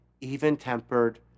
even-tempered